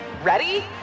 Ready